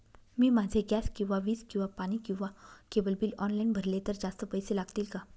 मी माझे गॅस किंवा वीज किंवा पाणी किंवा केबल बिल ऑनलाईन भरले तर जास्त पैसे लागतील का?